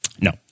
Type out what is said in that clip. No